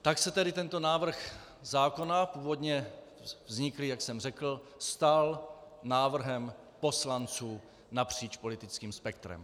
Tak se tedy tento návrh zákona, původně vzniklý, jak jsem řekl, stal návrhem poslanců napříč politickým spektrem.